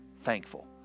thankful